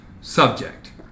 subject